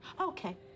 Okay